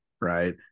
right